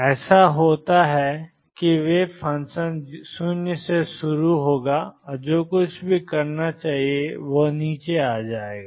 ऐसा होता है कि वेव फंक्शन 0 से शुरू होगा जो कुछ भी करना चाहिए वह नीचे आ जाएगा